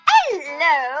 Hello